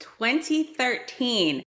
2013